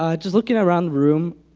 um just looking aroundthe room,